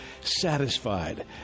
Satisfied